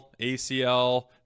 acl